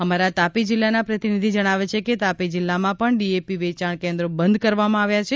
અમારા તાપી જિલ્લાના પ્રતિનિધિ જણાવે છે કે તાપી જિલ્લામાં પણ ડિઍપી વેચાણ કેન્દ્રો બંધ કરવામાં આવ્યા છે